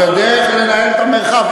זו דרך לנהל את המרחב.